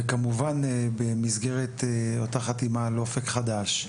וכמובן במסגרת אותה חתימה על "אופק חדש",